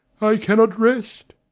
i cannot rest,